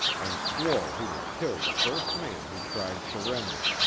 and swore he would kill the first man who cried surrender.